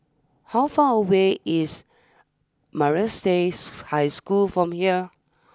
how far away is Maris Stella High School from here